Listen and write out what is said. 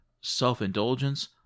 self-indulgence